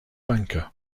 banker